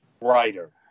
writer